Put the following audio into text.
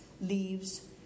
leaves